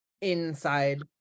inside